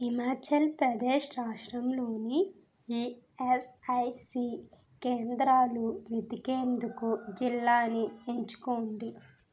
హిమాచల్ ప్రదేశ్ రాష్ట్రంలోని ఈఎస్ఐసి కేంద్రాలు వెతికేందుకు జిల్లాని ఎంచుకోండి